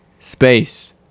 space